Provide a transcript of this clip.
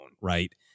Right